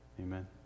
Amen